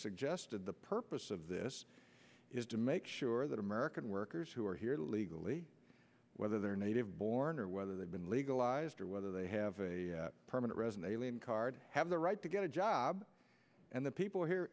suggested the purpose of this is to make sure that american workers who are here illegally whether they're native born or whether they've been legalized or whether they have a permanent resident alien card have the right to get a job and the people here